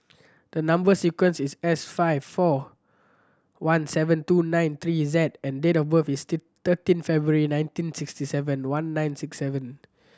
the number sequence is S five four one seven two nine three Z and date of birth is thirteen February nineteen sixty seven one nine six seven